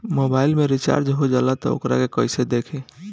Mobile में recharge हो जाला त वोकरा के कइसे देखी?